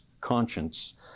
conscience